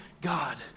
God